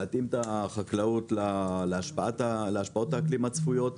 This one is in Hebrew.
להתאים את החקלאות להשפעות האקלים הצפויות,